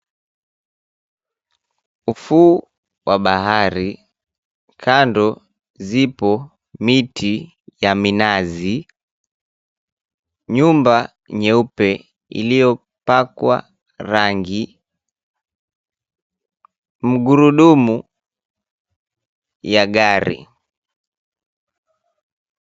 Ufuo wa bahari kando zipo miti ya minazi, nyumba nyeupe iliyopakwa rangi, mgurudumu ya gari.